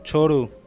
छोड़ू